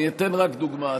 אני אתן רק דוגמה.